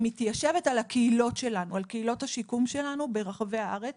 היא מתיישבת על הקהילות שלה ועל קהילות השיקום שלנו ברחבי הארץ